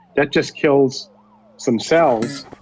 that just kills some cells.